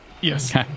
Yes